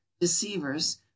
deceivers